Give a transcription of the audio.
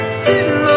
sitting